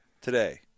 today